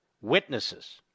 witnesses